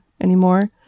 anymore